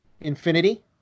Infinity